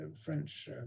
French